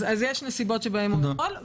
אז יש נסיבות שבהן הוא יכול.